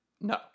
no